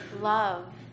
love